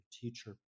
teacher